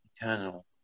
eternal